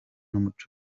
umuco